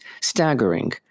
staggering